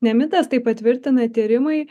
ne mitas tai patvirtina tyrimai